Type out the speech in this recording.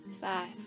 five